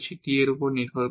যা t এর ওপর নির্ভর করে